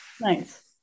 Nice